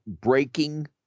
breaking